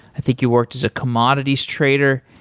i think he worked as a commodities trader.